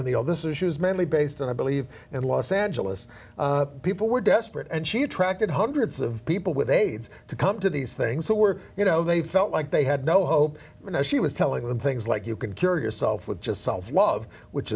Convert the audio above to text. issues mainly based on i believe in los angeles people were desperate and she attracted hundreds of people with aids to come to these things so were you know they felt like they had no hope you know she was telling them things like you can cure yourself with just self love which